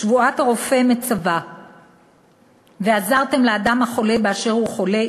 שבועת הרופא מצווה "ועזרתם לאדם החולה באשר הוא חולה,